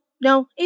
no